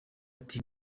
ati